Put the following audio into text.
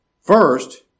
First